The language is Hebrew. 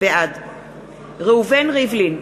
בעד ראובן ריבלין,